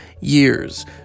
years